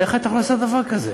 איך את יכולה לעשות דבר כזה?